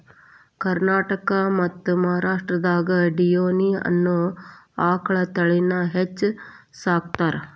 ಕರ್ನಾಟಕ ಮತ್ತ್ ಮಹಾರಾಷ್ಟ್ರದಾಗ ಡಿಯೋನಿ ಅನ್ನೋ ಆಕಳ ತಳಿನ ಹೆಚ್ಚ್ ಸಾಕತಾರ